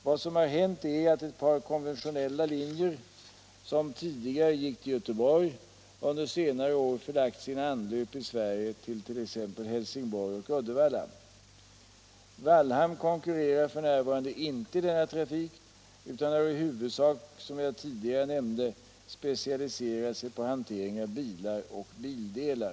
Vad som har hänt är att ett par konventionella linjer som tidigare gick till Göteborg under senare år förlagt sina anlöp i Sverige till t.ex. Helsingborg och Uddevalla. Wallhamn konkurrerar f.n. inte i denna trafik utan har i huvudsak som jag tidigare nämnde specialiserat sig på hantering av bilar Nr 61 Set bildelar.